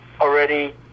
already